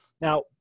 Now